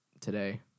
today